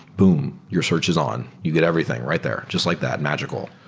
boom! your search is on. you get everything right there. just like that, magical.